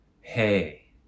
Hey